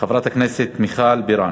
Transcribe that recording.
חברת הכנסת מיכל בירן.